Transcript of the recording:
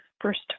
first